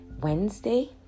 Wednesday